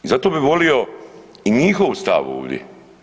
Zato bi volio i njihov stav ovdje.